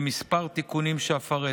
בכמה תיקונים שאפרט.